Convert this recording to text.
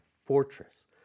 fortress